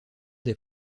des